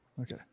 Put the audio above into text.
okay